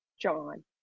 John